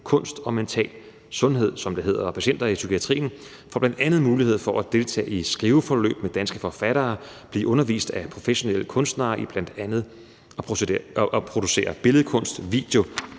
kunst og mental sundhed, som det hedder. Patienter i psykiatrien får bl.a. mulighed for at deltage i skriveforløb med danske forfattere, blive undervist af professionelle kunstnere i bl.a. at producere billedkunst, video